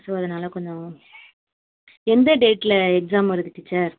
அதனால் கொஞ்சம் எந்த டேட்டில் எக்ஸாம் வருது டீச்சர்